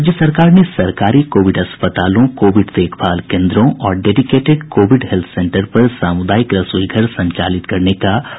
राज्य सरकार ने सरकारी कोविड अस्पतालों कोविड देखभाल केन्द्रों और डेडिकेटेड कोविड हेल्थ सेंटर पर सामुदायिक रसोईघर संचालित करने का फैसला किया है